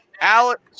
Alex